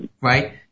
right